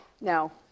No